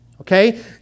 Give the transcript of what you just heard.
okay